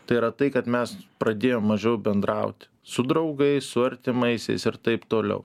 tai yra tai kad mes pradėjom mažiau bendrauti su draugais su artimaisiais ir taip toliau